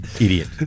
idiot